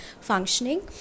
functioning